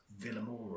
Villamora